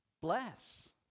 Bless